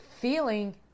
feeling